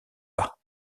pas